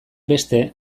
beste